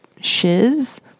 shiz